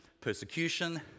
persecution